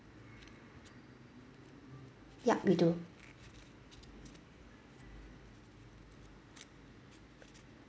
yup we do